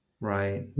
Right